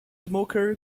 smoker